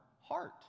heart